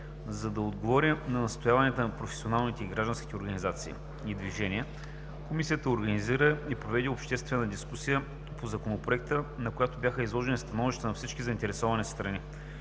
За да отговори на настояванията на професионалните и гражданските организации и движения, Комисията организира и проведе обществена дискусия по Законопроекта, на която бяха изложени становищата на всички заинтересовани страни.